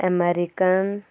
american